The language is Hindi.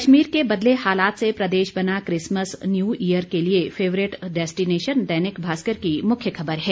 कश्मीर के बदले हालात से प्रदेश बना किसमस न्यू ईयर के लिए फेवरिट डेस्टिनेशन दैनिक भास्कर की मुख्य खबर है